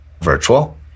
virtual